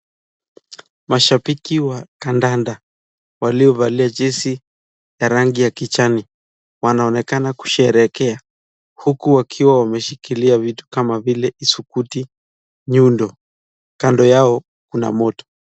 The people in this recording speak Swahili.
Mashabiki wa kandanda walovalia jezi ya rangi ya kijani wanaonekana kusherehekea huku wakiwa wamesikilia vitu kama vile isukuti nyundo kando yao kuna moto.